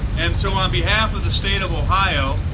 and so on behalf of the state of ohio,